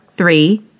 three